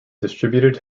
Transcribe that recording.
distributed